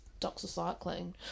doxycycline